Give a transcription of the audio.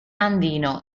andino